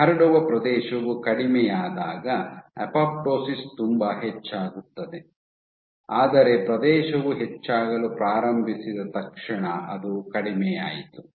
ಹರಡುವ ಪ್ರದೇಶವು ಕಡಿಮೆಯಾದಾಗ ಅಪೊಪ್ಟೋಸಿಸ್ ತುಂಬಾ ಹೆಚ್ಚಾಗುತ್ತದೆ ಆದರೆ ಪ್ರದೇಶವು ಹೆಚ್ಚಾಗಲು ಪ್ರಾರಂಭಿಸಿದ ತಕ್ಷಣ ಅದು ಕಡಿಮೆಯಾಯಿತು